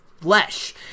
flesh